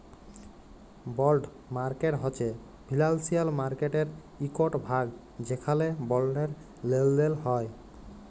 বল্ড market হছে financial মার্কেটের ইকট ভাগ যেখালে বল্ডের লেলদেল হ্যয়